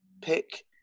pick